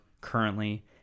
currently